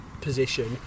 position